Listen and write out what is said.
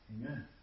Amen